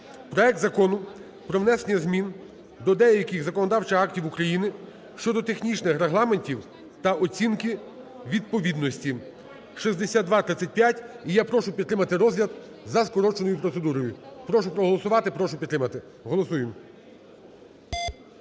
проект Закону про внесення змін до деяких законодавчих актів України щодо технічних регламентів та оцінки відповідності (6235). І я прошу підтримати розгляд за скороченою процедурою. Прошу проголосувати, прошу підтримати. Голосуємо.